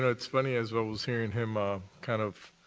it's funny, as i was hearing him ah kind of